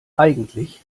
eigentlich